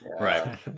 Right